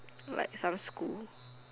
like some school